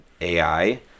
ai